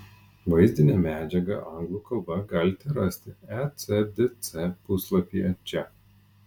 vaizdinę medžiagą anglų kalba galite rasti ecdc puslapyje čia